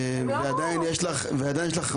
אלא רק משוטרי ושוטרות משטרת ישראל.